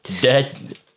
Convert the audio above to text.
Dead